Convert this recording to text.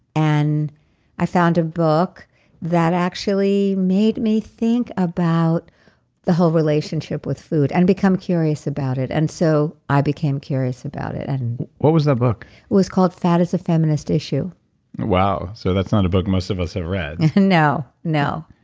and i found a book that actually made me think about the whole relationship with food, and become curious about it and so i became curious about it. and what was that book? it was called fat is a feminist issue wow, so that's not a book most of us have read. yeah and no, no.